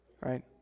right